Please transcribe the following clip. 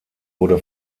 wurde